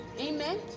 Amen